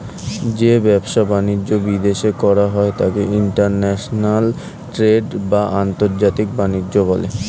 যে ব্যবসা বাণিজ্য বিদেশে করা হয় তাকে ইন্টারন্যাশনাল ট্রেড বা আন্তর্জাতিক বাণিজ্য বলে